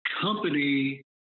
company